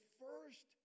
first